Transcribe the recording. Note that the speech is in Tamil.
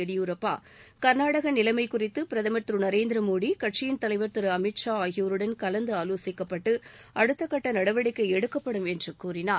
எடியூரப்பா கர்நாடக நிலைமை குறித்து பிரதமர் திரு நரேந்திர மோதி கட்சியின் தலைவர் திரு அமித் ஷா ஆகியோருடன் கலந்து ஆலோசிக்கப்பட்டு அடுத்த கட்ட நடவடிக்கை எடுக்கப்படும் என்று கூறினார்